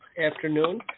afternoon